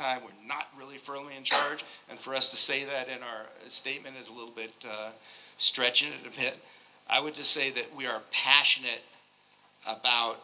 time we're not really firmly in charge and for us to say that in our statement is a little bit stretching it a bit i would just say that we are passionate about